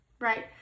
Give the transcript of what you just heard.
right